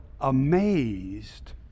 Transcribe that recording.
amazed